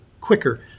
quicker